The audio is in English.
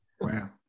Wow